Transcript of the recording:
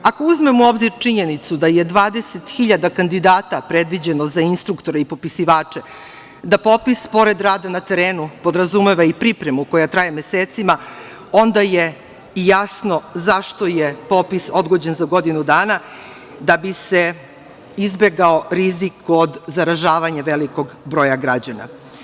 Ako uzmemo u obzir činjenicu da je 20.000 kandidata predviđeno za instruktore i popisivače, da popis pored rada na terenu podrazumeva i pripremu koja traje mesecima, onda je i jasno zašto je popis odgođen za godinu dana, da bi se izbegao rizik kod zaražavanje velikog broja građana.